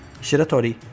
Shiratori